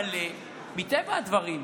ולכן, הם עובדים בשיתוף פעולה מלא מטבע הדברים.